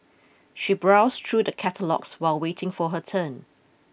she browsed through the catalogues while waiting for her turn